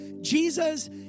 Jesus